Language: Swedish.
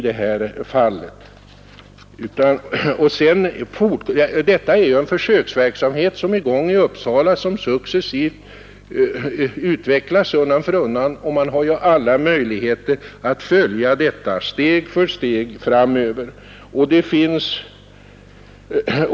Det pågår ju en försöksverksamhet i Uppsala län som successivt utvecklas, och man har alla möjligheter att följa den steg för steg framöver.